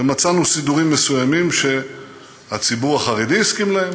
ומצאנו סידורים מסוימים שהציבור החרדי הסכים להם